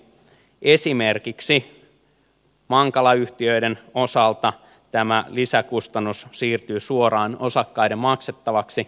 esimerkiksi mankala yhtiöiden osalta tämä lisäkustannus siirtyy suoraan osakkaiden maksettavaksi